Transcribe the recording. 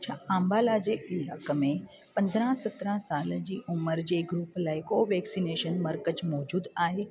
छा अम्बाला जे इलाइके में पंद्राहं सत्राहं साल जी उमर जे ग्रूप लाइ को वैक्सनेशन मर्कज़ मौजूद आहे